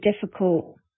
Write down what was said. difficult